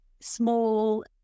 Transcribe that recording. small